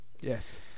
yes